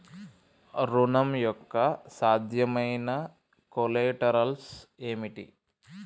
ఋణం యొక్క సాధ్యమైన కొలేటరల్స్ ఏమిటి?